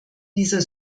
dieser